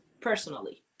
personally